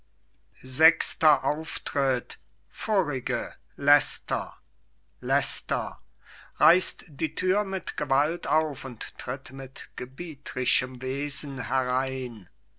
königin erwäge vorige leicester leicester reißt die tür mit gewalt auf und tritt mit gebieterischem wesen herein